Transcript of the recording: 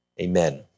Amen